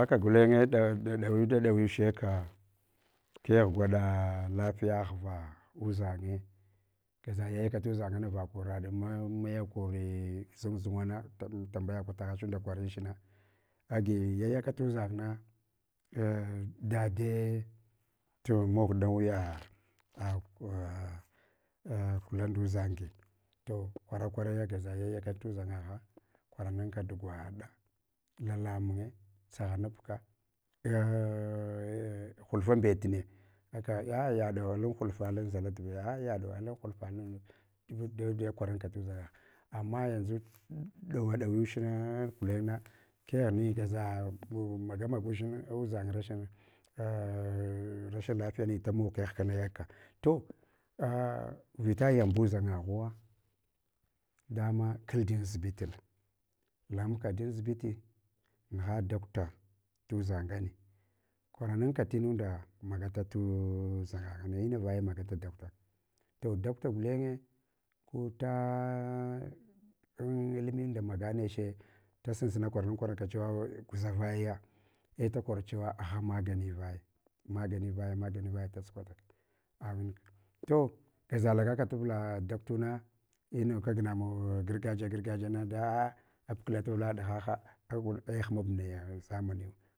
Aka gulenye ɗawi da ɗawi cheka kegh gwaɗa lafiya ghva udʒange gaza yaya ka tudʒan ngna vakoraɗ maya kori zang zungna, tambaya kwata heshunda kwarinch na, agi yayaka tudʒan’ngh na a dede tu mog ɗawiya a kula nduʒang n kwara kwaraya guʒa yayaka tu zangagha kwaranaka tugwaɗa lala munye, tsaghanabku, hulfambetne a yaɗe alan hulfa lem zaladvai. A yaɗo alan hulfalem zaladva kwaran ka tudʒangagh. Amma yanʒu ɗowa ɗawiwuhna gulengna keghni, gaʒa maga maga udʒem rashin lafiyani damog kagh kane ka. To vita yambutangaghuwa dama kaldan asibital, langabka dam asubiti nigha docto tunzangane, kwa runanka tinunda magata tuʒangh ngne, inavaya magata doctor. To doctor gulnye, ku ta am uiminda maganeche da sunsuna kwarabakwara ka chewa guʒa vayaya, ei da kor chewa agha magami vaya, magani vaya magani vaya magani vaya, magani vaya, magani vaya da sukwataka a wunka. To gaza lagaka tubla doctor na mawa gargajiya gargajiyana da apkla davla ɗigha gha agol ei hmab naya zamani yau,